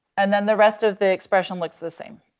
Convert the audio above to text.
and then, the rest of the expression looks the same.